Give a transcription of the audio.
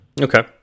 Okay